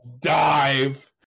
dive